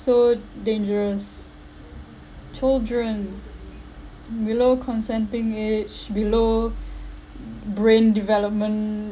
so dangerous children below consenting age below b~ brain development